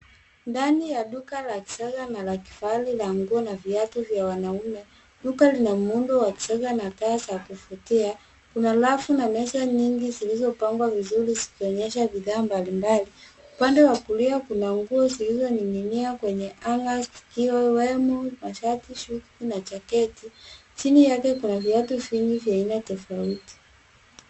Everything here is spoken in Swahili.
Ndani ya duka la kisasa na kifahari la nguo na viatu vya wanaume. Duka lina muundo wa kisasa na taa za kuvutia. Kuna rafu na meza nyingi zilizopangwa vizuri, zikionyesha vidhaa mbalimbali. Upande wa kulia kuna nguo zilizoning'inia kwenye hanger , zikiwemo mashati, suti na jaketi. Chini yake kuna viatu vingi vya aina tofauti.